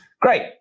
Great